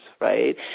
right